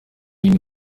bimwe